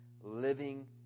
Living